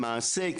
למעשה,